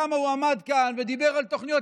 כמה הוא עמד כאן ודיבר על תוכניות